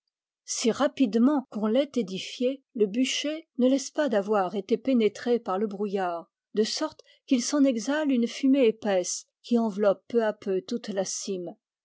si rapidement qu'on l'ait édifié le bûcher ne laisse pas d'avoir été pénétré par le brouillard de sorte qu'il s'en exhale une fumée épaisse qui enveloppe peu à peu toute la cime